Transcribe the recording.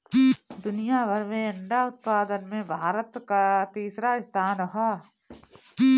दुनिया भर में अंडा उत्पादन में भारत कअ तीसरा स्थान हअ